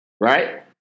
right